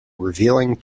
revealing